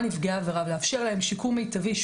נפגעי העבירה ולאפשר להם שיקום מיטבי,